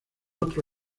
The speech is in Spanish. otro